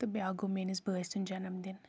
تٕہ بیاکھ گوٚو میٲنِس بٲۓ سُند جَنَم دِن